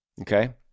Okay